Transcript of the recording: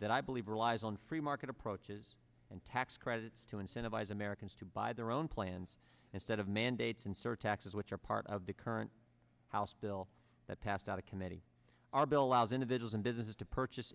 that i believe relies on free market approaches and tax credits to incentivize americans to buy their own plans instead of mandates and or taxes which are part of the current house bill that passed out of committee our bill as individuals and businesses to purchase